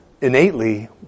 innately